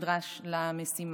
שנדרש למשימה,